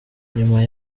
nyuma